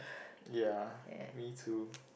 ya me too